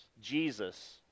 Jesus